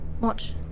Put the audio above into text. Watch